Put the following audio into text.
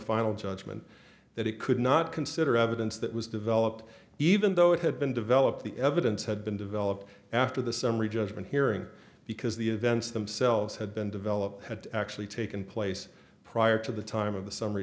final judgment that it could not consider evidence that was developed even though it had been developed the evidence had been developed after the summary judgment hearing because the events themselves had been developed had actually taken place prior to the time of the summ